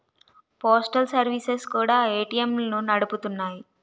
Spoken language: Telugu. పోస్టల్ సర్వీసెస్ కూడా ఏటీఎంలను నడుపుతున్నాయి